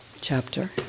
chapter